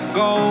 go